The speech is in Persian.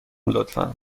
لطفا